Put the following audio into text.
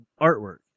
artwork